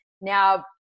now